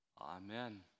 Amen